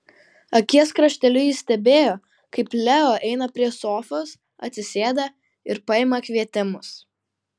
akies krašteliu ji stebėjo kaip leo eina prie sofos atsisėda ir paima kvietimus